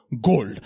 Gold